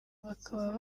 bakaba